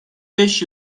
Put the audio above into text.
beş